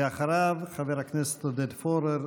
ואחריו, חבר הכנסת עודד פורר,